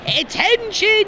Attention